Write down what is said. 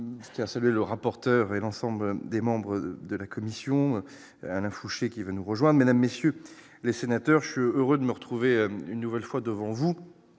qui a salué le rapporteur et l'ensemble des membres de la commission Alain Fouché, qui va nous rejoint, mesdames, messieurs les sénateurs, je suis heureux de me retrouver une nouvelle fois devant vous